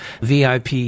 vip